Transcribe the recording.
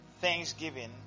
Thanksgiving